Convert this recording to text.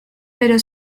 pero